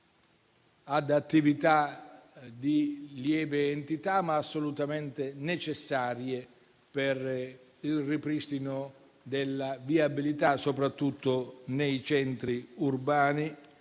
ad attività di lieve entità, ma assolutamente necessarie per il ripristino della viabilità, soprattutto nei centri urbani